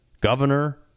governor